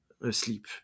asleep